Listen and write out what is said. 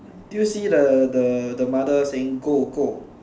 do you see the the the mother saying go go